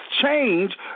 change